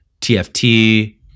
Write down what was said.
TFT